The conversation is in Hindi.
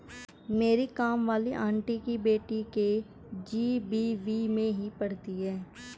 मेरी काम वाली आंटी की बेटी के.जी.बी.वी में ही पढ़ती है